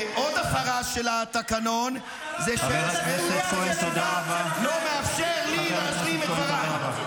עוד הפרה של התקנון זה שיושב-ראש הישיבה לא מאפשר לי להשלים את דבריי.